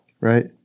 right